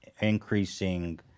increasing